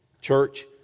Church